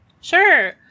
Sure